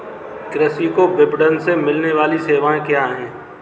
कृषि को विपणन से मिलने वाली सेवाएँ क्या क्या है